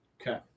okay